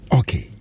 okay